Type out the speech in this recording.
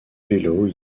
vélos